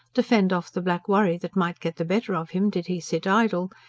to fend off the black worry that might get the better of him did he sit idle,